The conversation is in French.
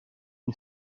une